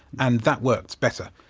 and that worked better.